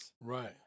Right